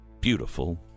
beautiful